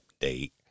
update